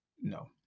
No